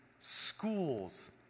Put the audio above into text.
schools